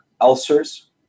ulcers